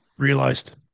realized